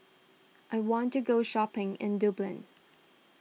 I want to go shopping in Dublin